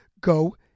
go